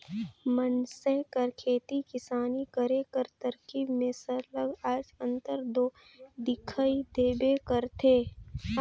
मइनसे कर खेती किसानी करे कर तरकीब में सरलग आएज अंतर दो दिखई देबे करथे